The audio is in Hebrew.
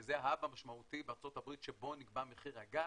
שזה ההאב המשמעותי בארצות הברית שבו נקבע מחיר הגז,